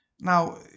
Now